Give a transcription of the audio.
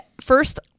first